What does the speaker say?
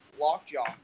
lockjaw